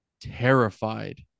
terrified